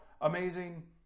amazing